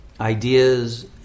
ideas